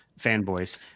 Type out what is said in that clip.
fanboys